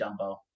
dumbo